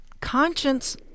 conscience